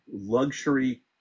luxury